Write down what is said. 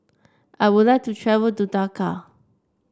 I would like to travel to Dakar